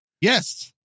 yes